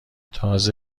تازه